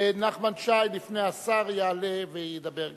ונחמן שי לפני השר יעלה וידבר גם.